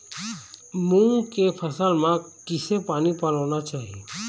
मूंग के फसल म किसे पानी पलोना चाही?